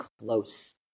close